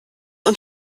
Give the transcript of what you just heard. und